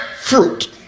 fruit